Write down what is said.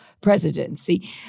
presidency